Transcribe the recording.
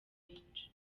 benshi